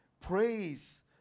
praise